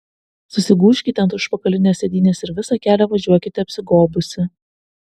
susigūžkite ant užpakalinės sėdynės ir visą kelią važiuokite apsigobusi